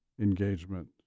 engagement